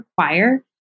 require